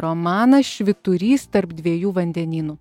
romaną švyturys tarp dviejų vandenynų